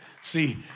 See